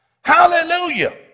Hallelujah